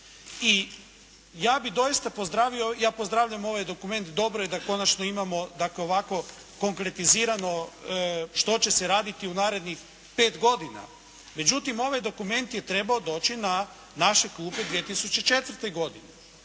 I ja bi doista pozdravio, ja pozdravljam ovaj dokument i dobro je da konačno imamo dakle ovako konkretizirano što će se raditi u narednih pet godina. Međutim, ovaj dokument je trebao doći na naše klupe 2004. godine.